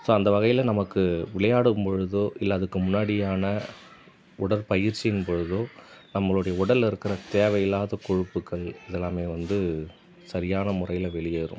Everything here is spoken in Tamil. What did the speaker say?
ஸோ அந்த வகையில் நமக்கு விளையாடும் பொழுதோ இல்லை அதுக்கு முன்னாடியான உடல் பயிற்சியின் பொழுதோ நம்மளுடைய உடலில் இருக்கிற தேவை இல்லாத கொழுப்புகள் இதெல்லாமே வந்து சரியான முறையில் வெளியேறும்